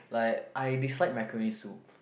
like I dislike macaroni soup